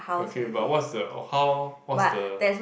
okay but what's the how what's the